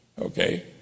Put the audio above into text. Okay